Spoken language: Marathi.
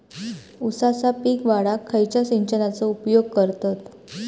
ऊसाचा पीक वाढाक खयच्या सिंचनाचो उपयोग करतत?